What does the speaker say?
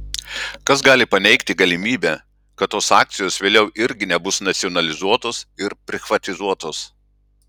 kas gali paneigti galimybę kad tos akcijos vėliau irgi nebus nacionalizuotos ir prichvatizuotos